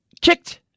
kicked